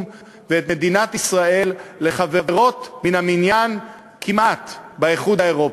ואת מדינת ישראל לחברות מן המניין כמעט באיחוד האירופי.